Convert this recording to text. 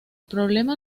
problema